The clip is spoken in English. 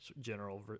general